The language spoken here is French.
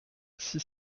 six